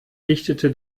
dichtete